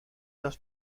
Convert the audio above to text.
dos